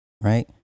Right